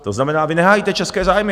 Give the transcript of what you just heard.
To znamená, vy nehájíte české zájmy.